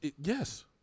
Yes